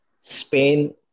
Spain